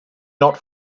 not